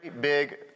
big